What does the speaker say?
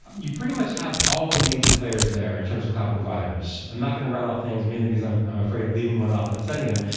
you pretty much have all the major players there in terms of cloud providers. i'm not going to rattle off names, mainly because i'm i'm afraid of leaving one off and upsetting them.